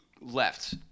left